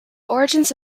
origins